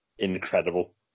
Incredible